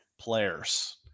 players